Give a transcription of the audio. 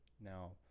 Now